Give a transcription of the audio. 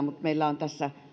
mutta meillä on